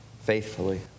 faithfully